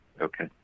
Okay